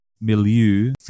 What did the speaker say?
milieu